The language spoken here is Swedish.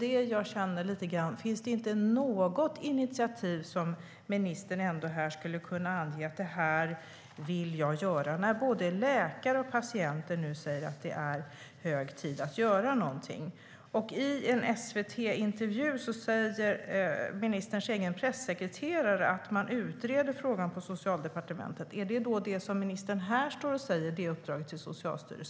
Men finns det inte något initiativ som ministern här skulle kunna ange att han vill ta när både läkare och patienter säger att det är hög tid att göra något?I en SVT-intervju säger ministerns pressekreterare att frågan utreds på Socialdepartementet. Handlar det då om uppdraget till Socialstyrelsen som ministern talar om här?